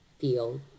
feel